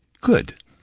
good